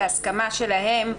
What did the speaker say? בהסכמה שלהם,